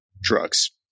drugs